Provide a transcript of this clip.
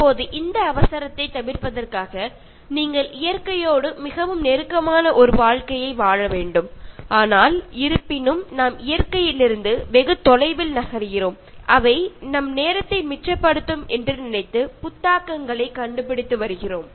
இப்போது இந்த அவசரத்தைத் தவிர்ப்பதற்காக நீங்கள் இயற்கையோடு மிகவும் நெருக்கமான ஒரு வாழ்க்கையை வாழ வேண்டும் ஆனால் இருப்பினும் நாம் இயற்கையிலிருந்து வெகு தொலைவில் நகர்கிறோம் அவை நம் நேரத்தை மிச்சப்படுத்தும் என்று நினைத்து புத்தாக்கங்களை கண்டுபிடித்து வருகிறோம்